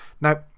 now